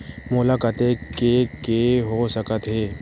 मोला कतेक के के हो सकत हे?